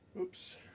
Oops